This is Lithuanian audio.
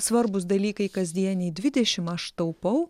svarbūs dalykai kasdieniai dvidešim aš taupau